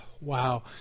wow